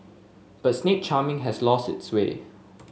but snake charming has lost its sway